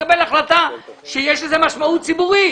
לקבל החלטה שיש לה משמעות ציבורית.